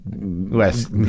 less